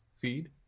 feed